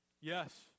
Yes